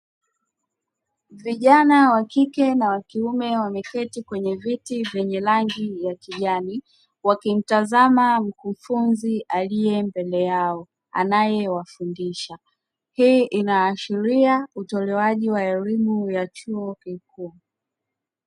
Vijana wa kike na wa kiume wameketi kwenye viti vyenye rangi ya kijani, wakimtazama mkufunzi aliye mbele yao anayewafundisha, hii inaashiria utolewaji wa elimu ya chuo kikuu.